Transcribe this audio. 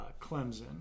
Clemson